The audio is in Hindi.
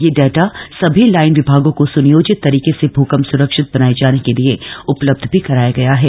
यह डेटा सभी लाइन विभागों को सुनियोजित तरीके से भूकम्प सुरक्षित बनाये जाने के लिए उपलब्ध भी कराया गया है